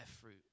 fruit